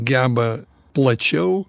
geba plačiau